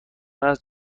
است